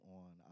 on